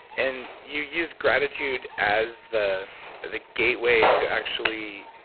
and you use gratitude as the the gateway to actually